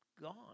gone